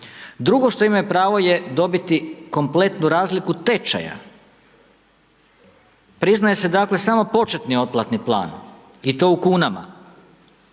Drugo, što imaju pravo je dobiti kompletnu razliku tečaja. Priznaje se, dakle, samo početni otplatni plan i to u kunama,